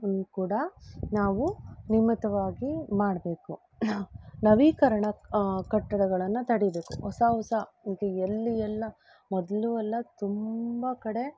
ಕೂಡ ನಾವು ನಿಮ್ಮತವಾಗಿ ಮಾಡಬೇಕು ನವೀಕರಣ ಕಟ್ಟಡಗಳನ್ನ ತಡಿಬೇಕು ಹೊಸ ಹೊಸ ಎಲ್ಲಿ ಎಲ್ಲ ಮೊದಲು ಎಲ್ಲ ತುಂಬ ಕಡೆ